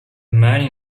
man